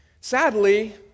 sadly